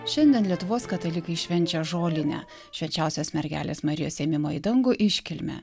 šiandien lietuvos katalikai švenčia žolinę švenčiausios mergelės marijos ėmimo į dangų iškilmę